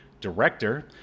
director